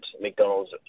McDonald's